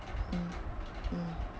mm mm